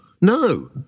No